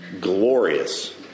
glorious